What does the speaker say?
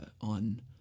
on